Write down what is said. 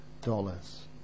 dollars